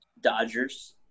Dodgers